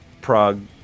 Prague